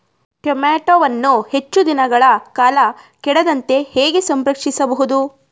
ಟೋಮ್ಯಾಟೋವನ್ನು ಹೆಚ್ಚು ದಿನಗಳ ಕಾಲ ಕೆಡದಂತೆ ಹೇಗೆ ಸಂರಕ್ಷಿಸಬಹುದು?